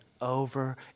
over